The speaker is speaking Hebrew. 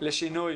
לשינוי